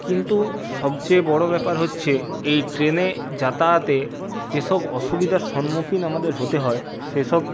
কিন্তু সবচেয়ে বড়ো ব্যাপার হচ্ছে এই ট্রেনে যাতায়াতে যেসব অসুবিধার সম্মুখীন আমাদের হতে হয় সে সব